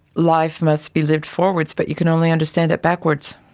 life must be lived forwards, but you can only understand it backwards'.